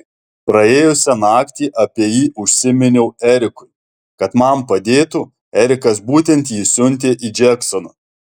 praėjusią naktį apie jį užsiminiau erikui kad man padėtų erikas būtent jį siuntė į džeksoną